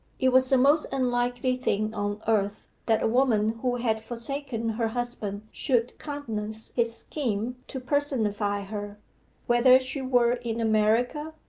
it was the most unlikely thing on earth that a woman who had forsaken her husband should countenance his scheme to personify her whether she were in america,